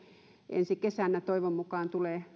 ensi kesänä toivon mukaan tulee